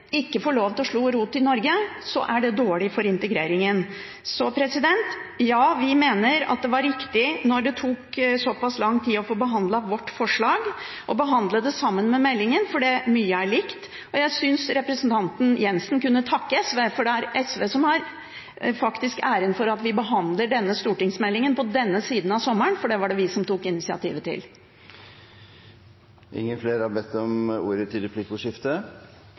ikke få lov til å slå rot i Norge, er det dårlig for integreringen. Så ja, vi mener at det var riktig, når det tok såpass lang tid å få behandlet vårt forslag, å behandle det sammen med meldingen, for mye er likt. Jeg synes representanten Jenssen kunne takket SV. Det er SV som faktisk har æren for at vi behandler denne stortingsmeldingen på denne siden av sommeren, for det var det vi som tok initiativet til.